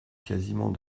quasiment